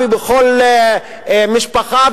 בכל משפחה,